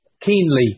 keenly